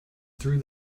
through